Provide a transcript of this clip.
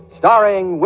starring